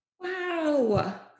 Wow